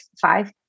five